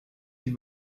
die